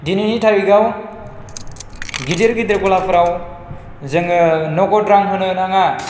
दिनैनि थारिगआव गिदिर गिदिर गलाफोराव जोङो नगद रां होनो नाङा